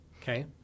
Okay